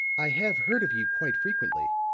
i have heard of you quite frequently,